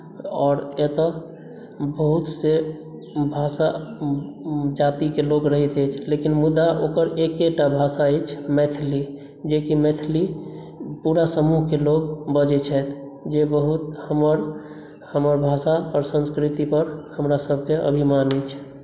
आओर एतय बहुतसे भाषा जातिके लोग रहैत अछि लेकिन मुदा ओकर एकेटा भाषा अछि मैथिली जे कि मैथिली पूरा समूहके लोग बजैत छथि जे बहुत हमर हमर भाषा आओर संस्कृतिपर हमरासभके अभिमान अछि